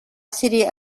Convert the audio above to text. city